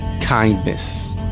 kindness